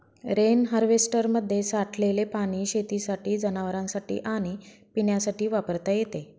rain हार्वेस्टरमध्ये साठलेले पाणी शेतीसाठी, जनावरांनासाठी आणि पिण्यासाठी वापरता येते